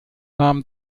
nahm